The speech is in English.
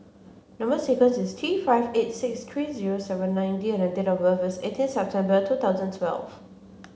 number sequence is T five eight six three zero seven nine D and date of birth is eighteenth September two thousand twelve